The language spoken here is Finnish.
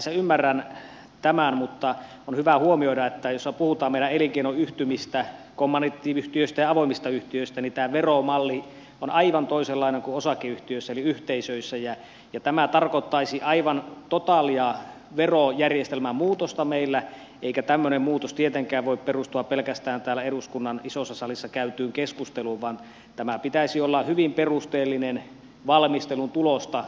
sinänsä ymmärrän tämän mutta on hyvä huomioida että jos me puhumme meidän elinkeinoyhtymistä kommandiittiyhtiöistä ja avoimista yhtiöistä niin tämä veromalli on aivan toisenlainen kuin osakeyhtiöissä eli yhteisöissä ja tämä tarkoittaisi aivan totaalia verojärjestelmän muutosta meillä eikä tämmöinen muutos tietenkään voi perustua pelkästään täällä eduskunnan isossa salissa käytyyn keskusteluun vaan tämän pitäisi olla hyvin perusteellisen valmistelun tulosta